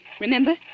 Remember